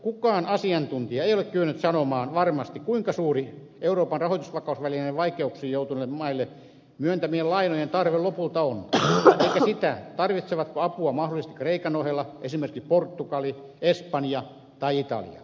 kukaan asiantuntija ei ole kyennyt sanomaan varmasti kuinka suuri euroopan rahoitusvakausvälineen vaikeuksiin joutuneille maille myöntämien lainojen tarve lopulta on eikä sitä tarvitsevatko apua mahdollisesti kreikan ohella esimerkiksi portugali espanja tai italia